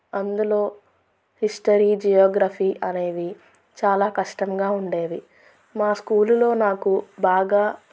అందులో history geography అనేవి చాలా కష్టంగా ఉండేవి మా స్కూలులో నాకు బాగా